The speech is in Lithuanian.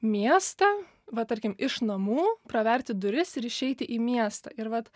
miestą va tarkim iš namų praverti duris ir išeiti į miestą ir vat